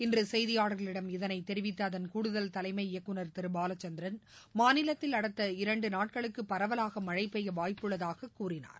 இன்று செய்தியாளர்களிடம் இதனை தெரிவித்த அதன் கூடுதல் தலைமை இயக்குநர் திரு பாலச்சந்திரன் மாநிலத்தில் அடுத்த இரண்டு நாட்களுக்கு பரவலாக மழை பெய்ய வாய்ப்புள்ளதாக கூறினார்